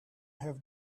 have